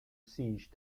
siege